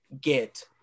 get